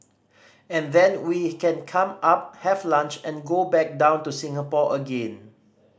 and then we can come up have lunch and go back down to Singapore again